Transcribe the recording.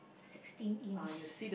sixteen inch